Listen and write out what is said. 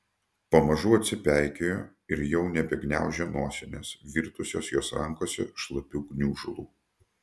pamažu atsipeikėjo ir jau nebegniaužė nosinės virtusios jos rankose šlapiu gniužulu